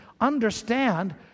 Understand